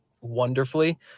wonderfully